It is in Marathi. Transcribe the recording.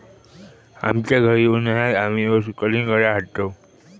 आमच्या घरी उन्हाळयात आमी रोज कलिंगडा हाडतंव